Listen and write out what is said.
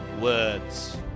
words